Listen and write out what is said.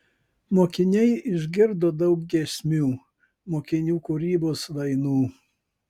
mokiniai išgirdo daug giesmių mokinių kūrybos dainų